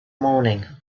morning